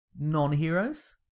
non-heroes